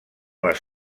les